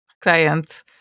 client